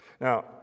Now